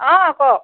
অঁ কওক